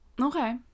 Okay